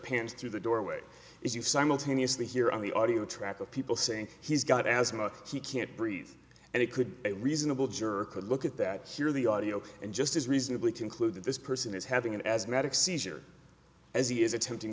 pans through the doorway as you simultaneously hear on the audio track of people saying he's got asthma he can't breathe and it could be a reasonable juror could look at that hear the audio and just as reasonably conclude that this person is having an asthmatic seizure as he is attempting